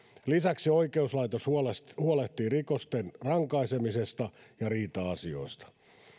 lisäksi oikeuslaitos huolehtii huolehtii rikosten rankaisemisesta ja riita asioista